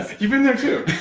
you've been there too.